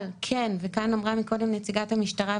וכאן אמרה מקודם נציגת המשטרה,